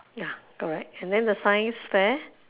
ya correct and then the science fair